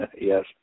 Yes